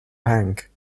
bank